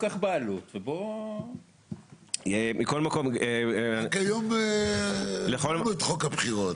רק היום העברנו את חוק הבחירות.